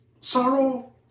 sorrow